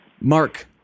Mark